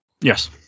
Yes